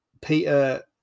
Peter